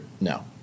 No